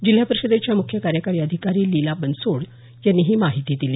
जिल्हा परिषदेच्या मुख्य कार्यकारी अधिकारी लीना बनसोड यांनी ही माहिती दिली